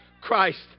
Christ